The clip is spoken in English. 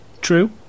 True